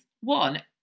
One